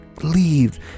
leave